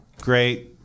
Great